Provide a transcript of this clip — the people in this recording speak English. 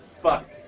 fuck